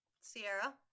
Sierra